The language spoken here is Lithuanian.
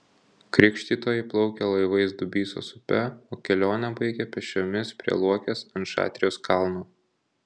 krikštytojai plaukė laivais dubysos upe o kelionę baigė pėsčiomis prie luokės ant šatrijos kalno